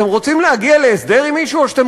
אתם רוצים להגיע להסדר עם מישהו או שאתם